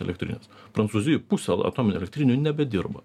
elektrines prancūzijoj pusę atominių elektrinių nebedirba